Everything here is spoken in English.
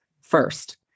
first